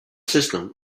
system